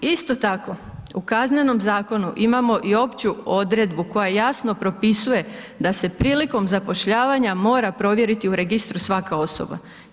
Isto tako, u KZ-u, imamo i opću odredbu koja jasno propisuje da se prilikom zapošljavanja mora provjeriti u registru svaka osoba.